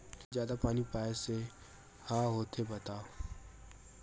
जादा पानी पलोय से का होथे बतावव?